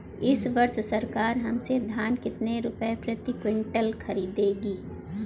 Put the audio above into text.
इस वर्ष सरकार हमसे धान कितने रुपए प्रति क्विंटल खरीदेगी?